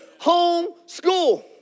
Homeschool